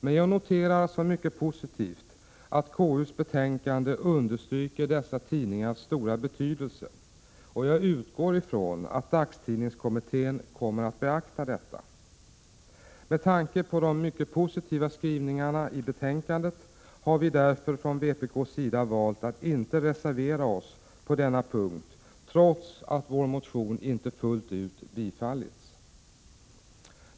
Men jag noterar som mycket positivt att konstitutionsutskottets betänkande understryker dessa tidningars stora betydelse, och jag utgår ifrån att dagstidningskommittén kommer att beakta detta. Med tanke på de mycket positiva skrivningarna i betänkandet har vi därför från vpk:s sida valt att inte reservera oss på denna punkt, trots att vår motion inte fullt ut tillstyrkts.